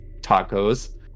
tacos